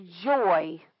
joy